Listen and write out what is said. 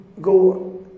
go